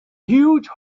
huge